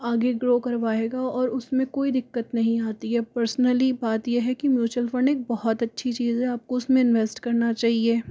आगे ग्रो करवाएगा और उसमें कोई दिक्कत नहीं आती है पर्सनली बात यह है कि म्यूचूअल फंड एक बहुत अच्छी चीज़ है आपको उसमें इन्वेस्ट करना चाहिए